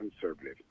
conservative